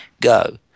go